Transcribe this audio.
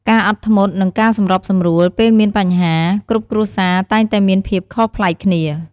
ការអត់ធ្មត់ និងការសម្របសម្រួលពេលមានបញ្ហា គ្រប់គ្រួសារតែងតែមានភាពខុសប្លែកគ្នា។